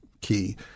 key